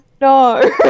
No